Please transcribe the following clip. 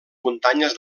muntanyes